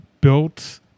built